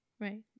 right